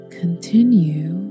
continue